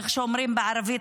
כמו שאומרים בערבית